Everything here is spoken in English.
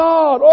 God